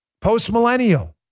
Post-millennial